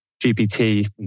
GPT